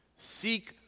Seek